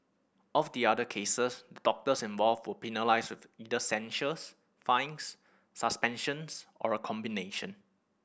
of the other cases the doctors involved were penalised with either censures fines suspensions or a combination